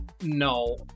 no